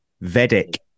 Vedic